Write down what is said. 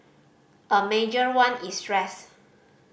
a major one is stress